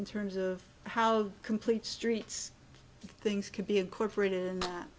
in terms of how complete streets things can be incorporated